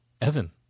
Evan